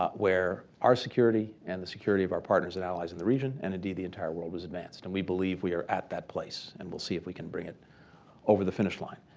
where our security and the security of our partners and allies in the region, and indeed the entire world, is advanced. we believe we are at that place. and we'll see if we can bring it over the finish line.